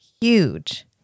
huge